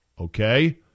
Okay